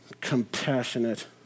compassionate